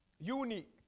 Unique